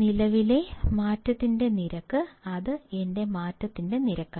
നിലവിലെ മാറ്റത്തിന്റെ നിരക്ക് അത് എന്റെ മാറ്റത്തിന്റെ നിരക്കാണ്